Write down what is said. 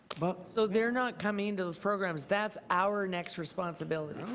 but so they are not coming into those programs. that's our next responsibility.